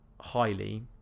highly